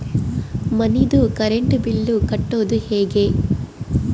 ಮನಿದು current bill ಕಟ್ಟೊದು ಹೇಗೆ?